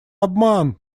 обман